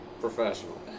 professional